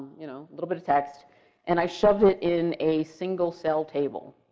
you know little bit of text and i shoveled it in a single-cell table.